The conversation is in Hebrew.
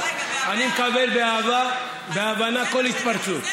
אני מקבל באהבה ובהבנה כל התפרצות.